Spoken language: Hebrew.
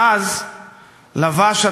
אדוני היושב-ראש,